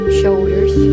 shoulders